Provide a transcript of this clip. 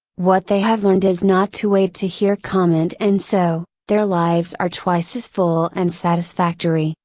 what they have learned is not to wait to hear comment and so, their lives are twice as full and satisfactory,